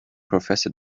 professor